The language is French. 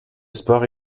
sport